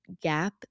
gap